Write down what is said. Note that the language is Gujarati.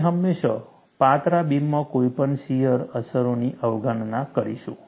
આપણે હંમેશાં પાતળા બીમમાં કોઈપણ શિયર અસરોની અવગણના કરીશું